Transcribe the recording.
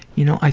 you know,